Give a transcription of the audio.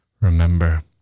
Remember